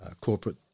corporate